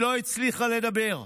היא לא הצליחה לדבר,